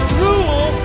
rule